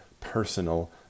personal